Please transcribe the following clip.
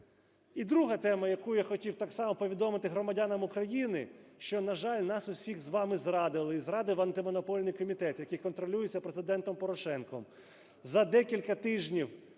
І друга тема, яку я хотів так само повідомити громадянам України, що, на жаль, нас усіх з вами зрадили, і зрадив Антимонопольний комітет, який контролюється Президентом Порошенком.